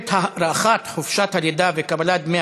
מתאפשרת הארכת חופשת הלידה וקבלת דמי